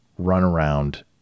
runaround